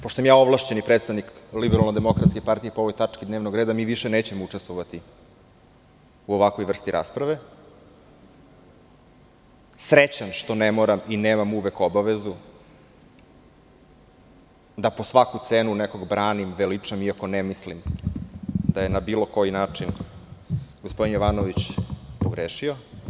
Pošto sam ja ovlašćeni predstavnika LDP po ovoj tački dnevnog reda, mi više nećemo učestvovati u ovakvoj vrsti rasprave, srećan što ne moram i nemam uvek obavezu da po svaku cenu nekog branim, iako ne mislim da je na bilo koji način gospodin Jovanović pogrešio.